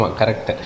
correct